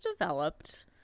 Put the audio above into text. developed